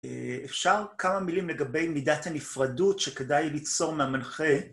אפשר כמה מילים לגבי מידת הנפרדות שכדאי ליצור מהמנחה?